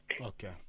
okay